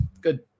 good